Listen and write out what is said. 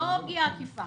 לא בפגיעה עקיפה.